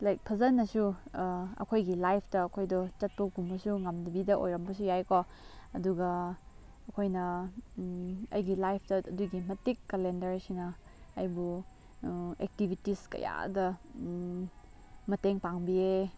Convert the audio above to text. like ꯐꯖꯅꯁꯨ ꯑꯩꯈꯣꯏꯒꯤ ꯂꯥꯏꯐꯇ ꯑꯩꯈꯣꯏꯗꯣ ꯆꯠꯄꯒꯨꯝꯕꯁꯨ ꯉꯝꯗꯕꯤꯗ ꯑꯣꯏꯔꯝꯕꯁꯨ ꯌꯥꯏꯀꯣ ꯑꯗꯨꯒ ꯑꯩꯈꯣꯏꯅ ꯑꯩꯒꯤ ꯂꯥꯏꯐꯇ ꯑꯗꯨꯒꯤ ꯃꯇꯤꯛ ꯀꯂꯦꯟꯗꯔꯁꯤꯅ ꯑꯩꯕꯨ ꯑꯦꯛꯇꯤꯕꯤꯇꯤꯁ ꯀꯌꯥꯗ ꯃꯇꯦꯡ ꯄꯥꯡꯕꯤꯌꯦ